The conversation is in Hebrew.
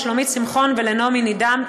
לשלומית שמחון ולנעמי נידם,